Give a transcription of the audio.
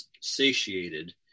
satiated